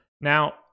Now